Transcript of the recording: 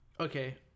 okay